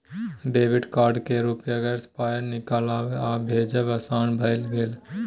debit card केर उपयोगसँ पाय निकालब आ भेजब आसान भए गेल